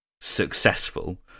successful